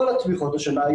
כל התמיכות השנה,